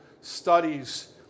studies